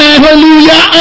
Hallelujah